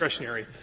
discretionary.